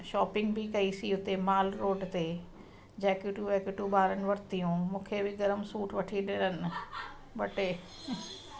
shopping बि कईसीं उते माल रोड ते जैकेटू वैकेटू ॿारनि वरितियूं मूंखे बि गरम सूट वठी ॾिननि ॿ टे